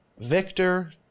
Victor